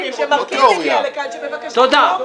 --- תודה.